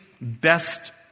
best